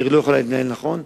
העיר לא יכולה להתנהל נכון,